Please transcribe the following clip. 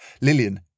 Lillian